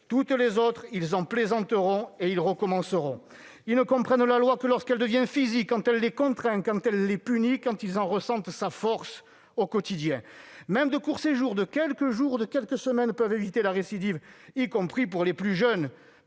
toutes les autres, et ils recommenceront ... Ils ne comprennent la loi que lorsqu'elle devient physique, quand elle les contraint, quand elle les punit, quand ils en ressentent sa force au quotidien. Même de courts séjours de quelques jours ou de quelques semaines peuvent éviter la récidive, y compris pour les plus jeunes.